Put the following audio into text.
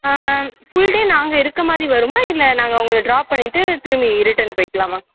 ஆ full day நாங்கள் இருக்கற மாதிரி வருமா இல்லை நாங்கள் உங்களை ட்ராப் பண்ணிவிட்டு திரும்ப ரிட்டன் போயிக்கலாமா